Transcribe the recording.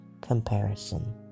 comparison